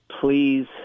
please